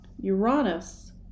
Uranus